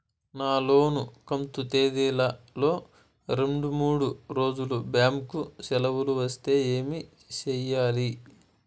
నా లోను కంతు తేదీల లో రెండు మూడు రోజులు బ్యాంకు సెలవులు వస్తే ఏమి సెయ్యాలి?